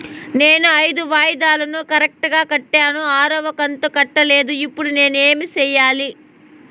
నేను ఐదు వాయిదాలు కరెక్టు గా కట్టాను, ఆరవ కంతు కట్టలేదు, ఇప్పుడు నేను ఏమి సెయ్యాలి?